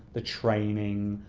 the training,